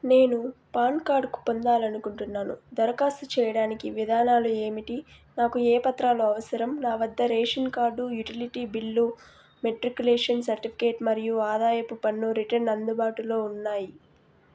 నేను పాన్ కార్డుకు పొందాలనుకుంటున్నాను దరఖాస్తు చెయ్యడానికి విధానాలు ఏమిటి నాకు ఏ పత్రాలు అవసరం నా వద్ద ration card utility bill matriculation certificate మరియు ఆదాయపు పన్ను రిటర్న్ అందుబాటులో ఉన్నాయి